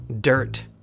dirt